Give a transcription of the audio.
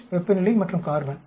pH வெப்பநிலை மற்றும் carbon